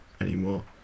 anymore